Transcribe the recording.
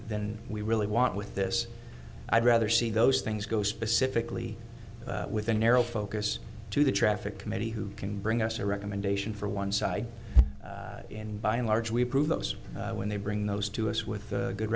than we really want with this i'd rather see those things go specifically with a narrow focus to the traffic committee who can bring us a recommendation for one side and by and large we prove those when they bring those to us with the good